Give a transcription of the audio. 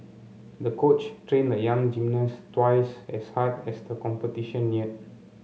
the coach trained the young gymnast twice as hard as the competition neared